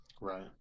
Right